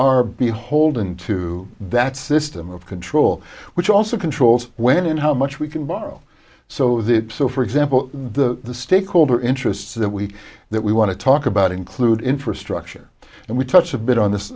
are beholden to that system of control which also controls when and how much we can borrow so that so for example the stakeholder interests that we that we want to talk about include infrastructure and we touched a bit on this